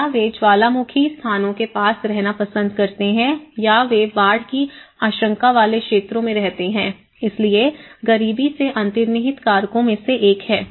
या वे ज्वालामुखी स्थानों के पास रहना पसंद करते हैं या वे बाढ़ की आशंका वाले क्षेत्रों में रहते हैं इसलिए गरीबी भी अंतर्निहित कारकों में से एक है